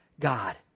God